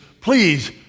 please